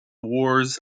wars